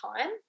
time